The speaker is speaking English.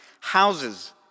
houses